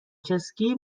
چسکی